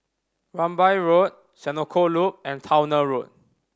Rambai Road Senoko Loop and Towner Road